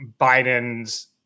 Biden's